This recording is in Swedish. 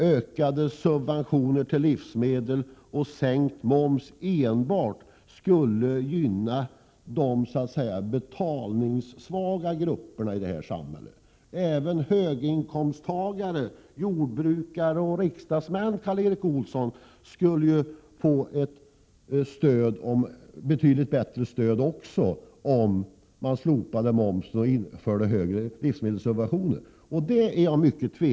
Ökade subventioner till livsmedel och sänkt moms skulle inte gynna enbart de betalningssvaga grupperna i samhället; även höginkomsttagare, jordbrukare och riksdagsmän, Karl Erik Olsson, skulle ju få ett betydligt bättre stöd om vi slopade momsen och införde högre livsmedelssub — Prot. 1987/88:99 ventioner i stället.